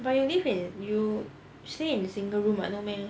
but you live in you stay in single room [what] no meh